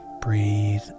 Breathe